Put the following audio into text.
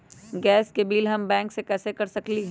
Gas के बिलों हम बैंक से कैसे कर सकली?